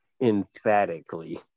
Emphatically